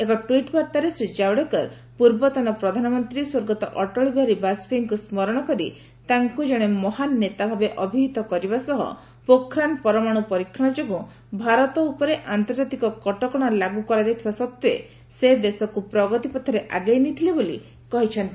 ଏକ ଟ୍ପିଟ୍ ବାର୍ତ୍ତାରେ ଶ୍ରୀ ଜାୱଡେକର ପୂର୍ବତନ ପ୍ରଧାନମନ୍ତ୍ରୀ ସ୍ୱର୍ଗତ ଅଟଳବିହାରୀ ବାଜପେୟୀଙ୍କୁ ସ୍ମରଣ କରି ତାଙ୍କୁ ଜଣେ ମହାନ ନେତା ଭାବେ ଅଭିହିତ କରିବା ସହ ପୋଖରାନ ପରମାଣୁ ପରୀକ୍ଷଣ ଯୋଗୁଁ ଭାରତ ଉପରେ ଯେଉଁ ଆନ୍ତର୍ଜାତିକ କଟକଣା ଲାଗୁ କରାଯାଇଥିବା ସତ୍ତ୍ୱେ ସେ ପ୍ରଗତି ପଥରେ ଆଗେଇ ନେଇଥିଲେ ବୋଲି କହିଛନ୍ତି